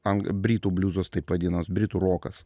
ang britų bliuzas taip vadinamas britų rokas